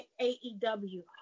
AEW